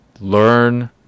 learn